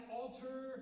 altar